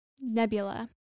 Nebula